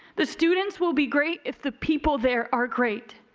the students will be great if the people there are great.